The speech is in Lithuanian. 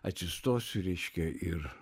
atsistosiu reiškia ir